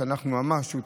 שהוא טרי,